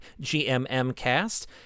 GMMcast